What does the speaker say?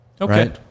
okay